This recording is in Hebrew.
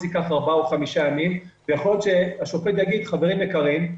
שזה ייקח ארבעה או חמישה ימים ויכול להיות שהשופט יגיד: חברים יקרים,